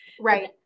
right